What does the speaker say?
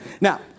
Now